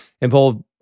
involved